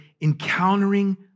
encountering